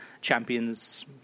champions